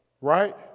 right